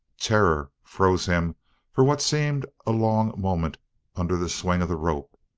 terror froze him for what seemed a long moment under the swing of the rope,